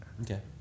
Okay